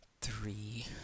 three